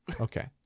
okay